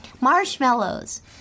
Marshmallows